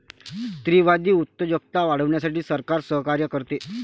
स्त्रीवादी उद्योजकता वाढवण्यासाठी सरकार सहकार्य करते